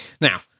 Now